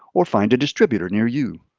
or find a distributor near you.